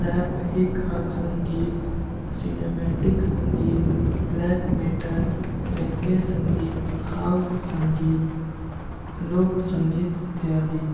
Rape hip hop ସଂଗୀତ, cinematic ସଂଗୀତ, black metal, reggae ସଂଗୀତ, ହାଉସ ସଂଗୀତ, ଲୋକ ସଂଗୀତ ଇତ୍ଯାଦୀ।